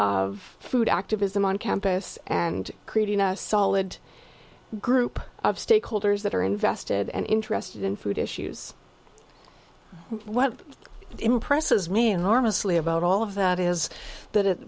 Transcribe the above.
of food activism on campus and creating a solid group of stakeholders that are invested and interested in food issues what impresses me enormously about all of that is that it